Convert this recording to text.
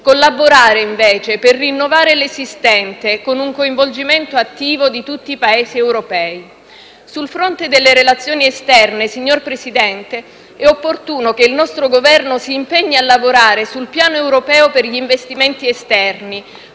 collaborare, invece, per rinnovare l'esistente, con un coinvolgimento attivo di tutti i Paesi europei. Sul fronte delle relazioni esterne, signor Presidente, è opportuno che il nostro Governo si impegni a lavorare sul piano europeo per gli investimenti esterni,